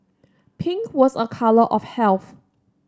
pink was a colour of health